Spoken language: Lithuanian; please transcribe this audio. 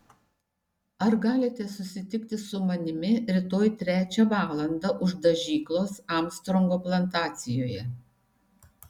ar galite susitikti su manimi rytoj trečią valandą už dažyklos armstrongo plantacijoje